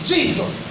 Jesus